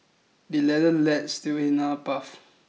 the ladder leads to another path